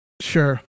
Sure